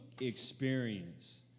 experience